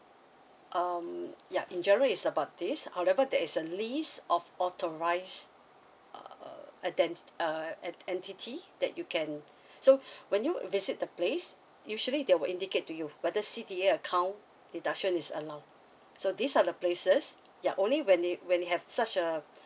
um ya in general is about this however there is a list of authorise uh enti~ err en~ entity that you can so when you visit the place usually they will indicate to you whether C D A account deduction is allowed so these are the places yeah only when they when they have such a